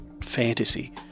fantasy